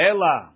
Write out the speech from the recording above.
Ela